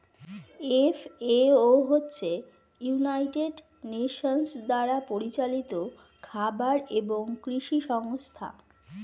FAO হচ্ছে United Nations দ্বারা পরিচালিত খাবার এবং কৃষি সংস্থা